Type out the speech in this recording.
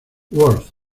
worth